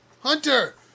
Hunter